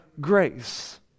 grace